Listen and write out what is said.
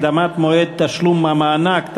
הקדמת מועד תשלום המענק),